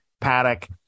paddock